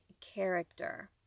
character